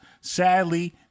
Sadly